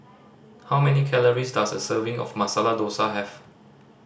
how many calories does a serving of Masala Dosa have